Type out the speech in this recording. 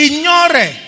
Ignore